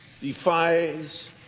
defies